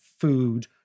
food